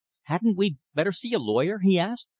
hadn't we better see a lawyer? he asked.